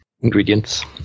ingredients